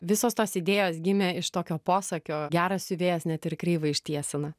visos tos idėjos gimė iš tokio posakio geras siuvėjas net ir kreivą ištiesina